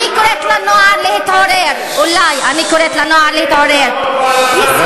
הכובש המסכן.